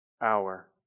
hour